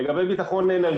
לגבי ביטחון אנרגטי.